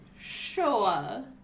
sure